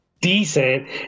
decent